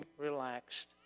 relaxed